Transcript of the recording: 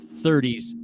30s